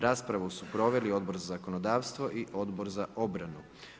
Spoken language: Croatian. Raspravu su proveli Odbor za zakonodavstvo i Odbor za obranu.